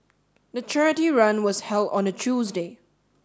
the charity run was held on a Tuesday